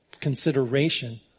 consideration